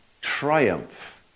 triumph